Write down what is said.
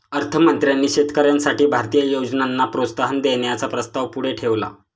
अर्थ मंत्र्यांनी शेतकऱ्यांसाठी भारतीय योजनांना प्रोत्साहन देण्याचा प्रस्ताव पुढे ठेवला